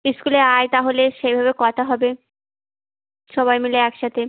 স্কুলে আয় তাহলে সেভাবে কথা হবে সবাই মিলে একসাথে